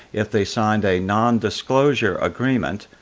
if they signed a non-disclosure agreement.